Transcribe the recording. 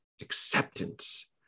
acceptance